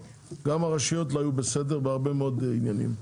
גם הרשויות לא היו בסדר בהרבה מאוד עניינים,